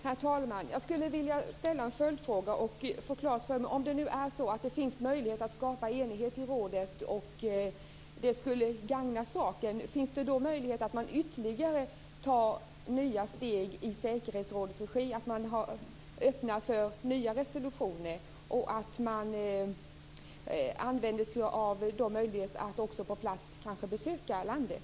Herr talman! Jag skulle vilja ställa en följdfråga för att få följande klart för mig. Om det nu är så att det finns möjlighet att skapa enighet i rådet och om det skulle gagna saken finns det då möjlighet att man ytterligare tar nya steg i säkerhetsrådets regi, att man öppnar för nya resolutioner och att man använder sig av möjligheten att besöka landet?